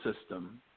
system